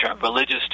religious